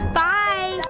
bye